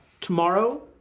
tomorrow